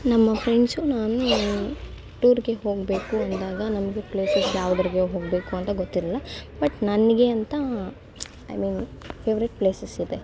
ನಮ್ಮ ಫ್ರೆಂಡ್ಸು ನಾನು ಟೂರ್ಗೆ ಹೋಗಬೇಕು ಅಂದಾಗ ನಮಗೆ ಪ್ಲೇಸಸ್ ಯಾವ್ದ್ರಾಗೆ ಹೋಗಬೇಕು ಅಂತ ಗೊತ್ತಿರಲಿಲ್ಲ ಬಟ್ ನನಗೆ ಅಂತ ಐ ಮೀನ್ ಫೆವ್ರೇಟ್ ಪ್ಲೇಸಸ್ಸಿದೆ